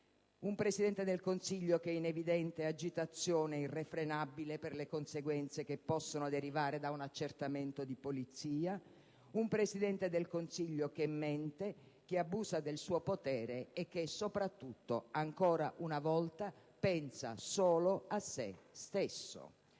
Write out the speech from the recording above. un Presidente del Consiglio che è in evidente e irrefrenabile agitazione per le conseguenze che possono derivare da un accertamento di polizia; un Presidente del Consiglio che mente, che abusa del suo potere e che, soprattutto, ancora una volta, pensa solo a se stesso.